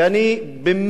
כי אני באמת,